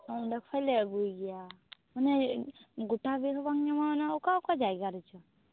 ᱚᱸᱰᱮ ᱠᱷᱚᱡ ᱞᱮ ᱟ ᱜᱩᱭ ᱜᱮᱭᱟ ᱢᱟᱱᱮ ᱜᱚᱴᱟ ᱵᱤᱨ ᱵᱟᱝ ᱧᱟᱢᱚᱜ ᱟ ᱢᱟᱱᱮ ᱚᱠᱟᱼᱚᱠᱟ ᱡᱟᱭᱜᱟ ᱨᱮᱪᱚ